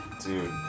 Dude